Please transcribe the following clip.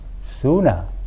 sooner